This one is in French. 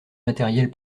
matérielle